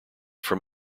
from